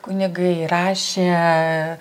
kunigai rašė